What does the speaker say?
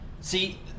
See